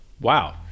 wow